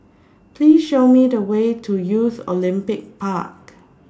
Please Show Me The Way to Youth Olympic Park